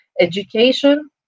education